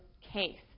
case